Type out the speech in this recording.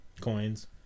coins